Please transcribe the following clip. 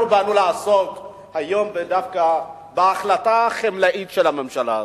אנחנו באנו לעסוק היום דווקא בהחלטה החלמאית של הממשלה הזאת.